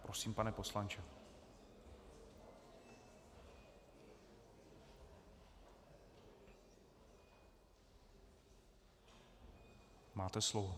Prosím, pane poslanče, máte slovo.